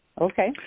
okay